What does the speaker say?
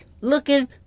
looking